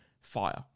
fire